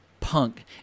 punk